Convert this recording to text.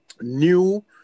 new